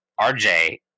RJ